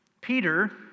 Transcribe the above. Peter